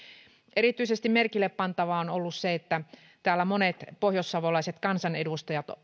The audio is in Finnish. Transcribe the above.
erityisesti merkillepantavaa on ollut se että täällä monet pohjoissavolaiset kansanedustajat